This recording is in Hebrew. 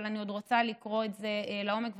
אבל אני עוד רוצה לקרוא את זה לעומק,